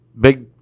big